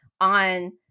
on